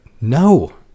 No